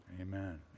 Amen